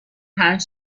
پنج